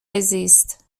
زیست